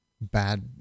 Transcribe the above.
bad